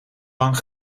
lang